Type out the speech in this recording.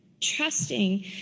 trusting